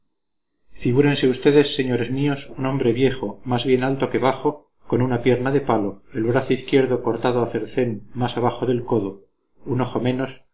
figúrense ustedes señores míos un hombre viejo más bien alto que bajo con una pierna de palo el brazo izquierdo cortado a cercén más abajo del codo un ojo menos